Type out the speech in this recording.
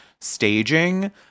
staging